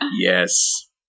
Yes